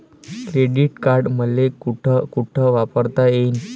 Credit card मले कोठ कोठ वापरता येईन?